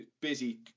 busy